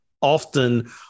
often